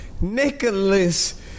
Nicholas